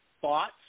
thoughts